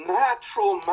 natural